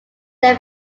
they